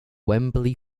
wembley